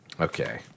Okay